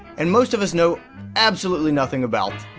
and most of us know absolutely nothing about